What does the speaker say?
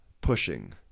pushing